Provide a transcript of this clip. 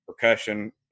Percussion